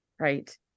Right